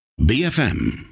BFM